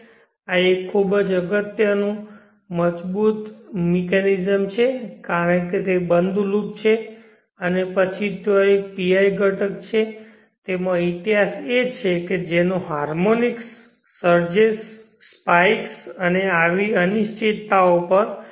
આ એક ખૂબ જ મજબુત મિકેનિઝમ છે કારણ કે તે બંધ લૂપ છે અને પછી ત્યાં એક PI ઘટક છે તેમાં ઇતિહાસ એ છે કે જેનો હાર્મોનિક્સ સર્જેસ સ્પાઇક્સ અને આવી અન્ય અનિશ્ચિતતાઓ પર ફિલ્ટરિંગ અસર પડશે